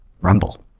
Rumble